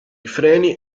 freni